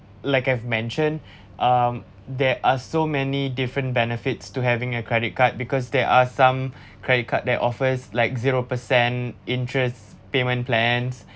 like I've mentioned um there are so many different benefits to having a credit card because there are some credit card that offers like zero percent interest payment plans